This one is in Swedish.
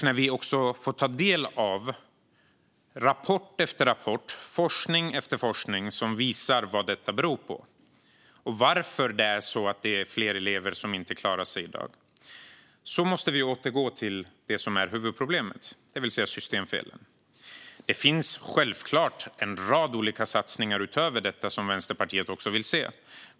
När vi också får ta del av rapport efter rapport, forskning efter forskning, som visar vad detta beror på och varför det är fler elever som inte klarar sig i dag måste vi återgå till det som är huvudproblemet, det vill säga systemfelen. Det finns självklart en rad olika satsningar utöver detta som Vänsterpartiet också vill se.